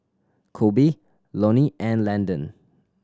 Kobe Lonnie and Landon